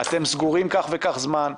אתם סגורים כך וכך זמן,